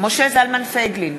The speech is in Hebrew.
משה זלמן פייגלין,